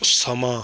ਸਮਾਂ